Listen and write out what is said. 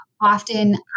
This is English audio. often